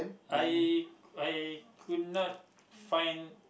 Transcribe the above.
I I could not find